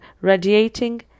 radiating